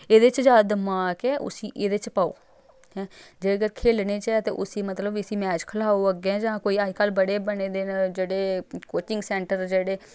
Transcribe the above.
एह्दे च जादा दमाक ऐ उसी एह्दे च पाओ ऐं जेकर खेलने च ते उसी मतलब इसी मैच खलाओ अग्गें जां कोई अज्जकल बड़े बने दे न जेह्ड़े कोचिंग सैंटर जेह्ड़े